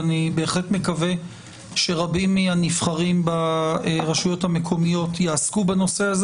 ואני מקווה שרבים מהנבחרים ברשויות המקומיות יעסקו בנושא הזה